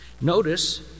Notice